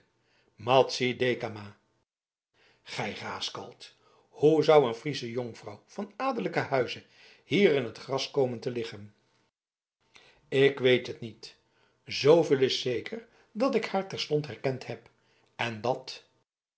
dekama gij raaskalt hoe zou een friesche jonkvrouw van adellijken huize hier in t gras komen te liggen ik weet het niet zooveel is zeker dat ik haar terstond herkend heb en dat